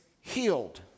healed